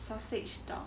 sausage dog